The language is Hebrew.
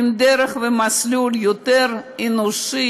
עם דרך ומסלול יותר אנושי,